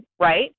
right